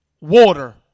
water